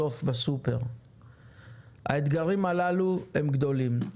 האתגרים הללו גדולים.